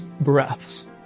breaths